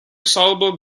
soluble